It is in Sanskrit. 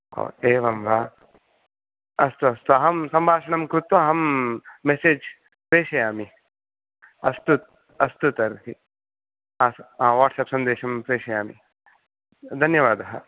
ओ एवं वा अस्तु अस्तु अहं सम्भाषणं कृत्वा मेसेज् प्रेषयामि अस्तु अस्तु तर्हि हा वाट्सप् सन्देशं प्रेषयामि धन्यवादः